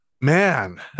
man